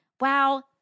Wow